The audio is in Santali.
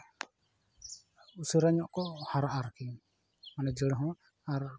ᱩᱥᱟᱹᱨᱟ ᱧᱚᱜ ᱠᱚ ᱦᱟᱨᱟᱜᱼᱟ ᱟᱨᱠᱤ ᱢᱟᱱᱮ ᱡᱟᱹᱲ ᱦᱚᱸ ᱟᱨ